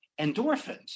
endorphins